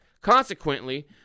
Consequently